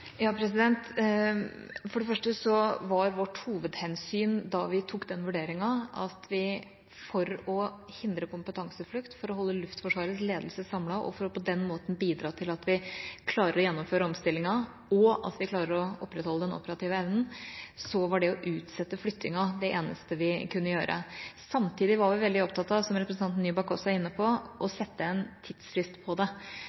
For det første var vårt hovedhensyn, da vi gjorde den vurderingen, å hindre kompetanseflukt og å holde Luftforsvarets ledelse samlet for på den måten å bidra til at vi klarer å gjennomføre omstillinga, og at vi klarer å opprettholde den operative evnen. Da var det å utsette flyttingen det eneste vi kunne gjøre. Samtidig var vi veldig opptatt av, som representanten Nybakk også er inne på, å sette en tidsfrist for det.